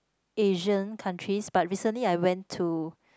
Asian countries but recently I went to